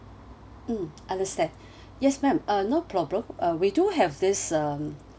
mm understand yes ma'am uh no problem uh we do have this um